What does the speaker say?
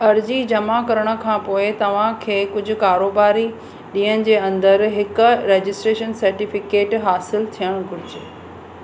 अर्जी जमा करण खां पोइ तव्हांखे कुझु कारोबारी ॾींहंनि जे अंदरु हिकु रजिस्ट्रेशन सर्टिफिकेट हासिलु थियणु घुरिजे